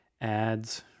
ads